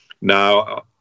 now